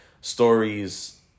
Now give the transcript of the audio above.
stories